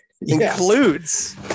includes